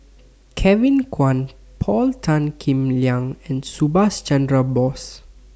Kevin Kwan Paul Tan Kim Liang and Subhas Chandra Bose